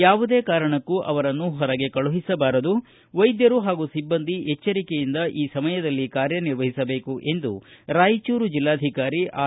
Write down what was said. ಯಾವುದೇ ಕಾರಣಕ್ಕೂ ಅವರನ್ನು ಹೊರಗೆ ಕಳುಹಿಸಬಾರದು ವೈದ್ಯರು ಹಾಗೂ ಸಿಬ್ಬಂದಿ ಎಚ್ಚರಿಕೆಯಿಂದ ಈ ಸಮಯದಲ್ಲಿ ಕಾರ್ಯನಿರ್ವಹಿಸಬೇಕು ಎಂದು ರಾಯಚೂರು ಜಿಲ್ಲಾಧಿಕಾರಿ ಆರ್